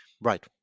Right